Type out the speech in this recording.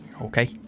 Okay